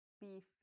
beef